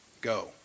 go